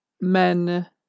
men